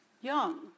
young